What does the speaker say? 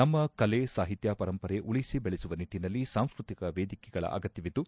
ನಮ್ನ ಕಲೆ ಸಾಹಿತ್ಯ ಪರಂಪರೆ ಉಳಿಸಿ ಬೆಳೆಸುವ ನಿಟ್ಟಿನಲ್ಲಿ ಸಾಂಸ್ನತಿಕ ವೇದಿಕೆಗಳ ಅಗತ್ಯವಿದ್ದು